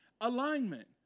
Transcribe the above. Alignment